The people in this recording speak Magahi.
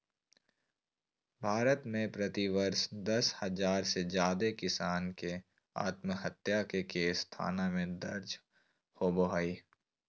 भारत में प्रति वर्ष दस हजार से जादे किसान के आत्महत्या के केस थाना में दर्ज होबो हई